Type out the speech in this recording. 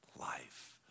Life